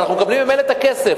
אנחנו מקבלים ממילא את הכסף.